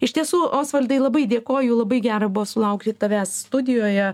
iš tiesų osvaldai labai dėkoju labai gera buvo sulaukti tavęs studijoje